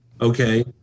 okay